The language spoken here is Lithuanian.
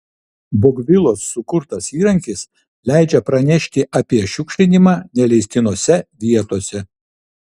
bogvilos sukurtas įrankis leidžia pranešti apie šiukšlinimą neleistinose vietose